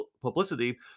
publicity